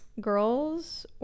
Girls